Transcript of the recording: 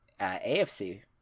AFC